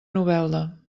novelda